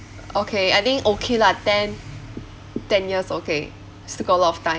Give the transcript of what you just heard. okay I think okay lah ten ten years okay still got a lot of time